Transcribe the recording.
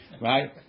right